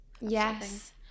Yes